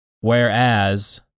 Whereas